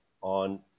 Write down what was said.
on